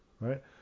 right